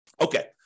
Okay